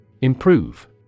Improve